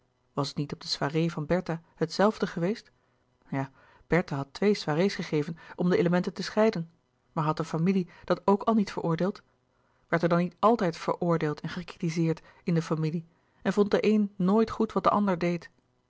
was het niet op de soirêe van bertha het zelfde geweest ja bertha had twee soirêes gegeven om de elementen te scheiden maar had de familie dat ook al niet veroordeeld werd er dan altijd veroordeeld en gekritizeerd in de familie en vond de een nooit goed wat de ander deed